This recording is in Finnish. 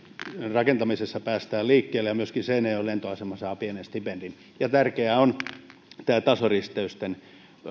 rakentamisessa päästään liikkeelle ja myöskin seinäjoen lentoasema saa pienen stipendin ja tärkeää on tasoristeysten